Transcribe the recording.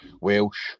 Welsh